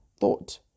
thought